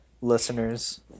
listeners